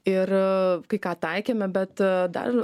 ir kai ką taikėme bet dar